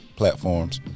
platforms